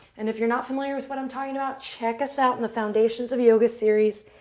and if you're not familiar with what i'm talking about, check us out in the foundations of yoga series,